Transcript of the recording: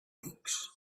books